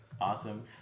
awesome